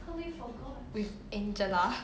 with angela